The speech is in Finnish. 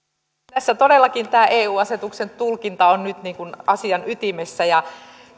tässä todellakin tämä eu asetuksen tulkinta on nyt asian ytimessä ja